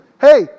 hey